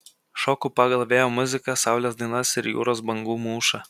šoku pagal vėjo muziką saulės dainas ir jūros bangų mūšą